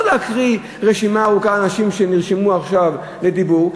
לא להקריא רשימה ארוכה של אנשים שנרשמו לדיבור,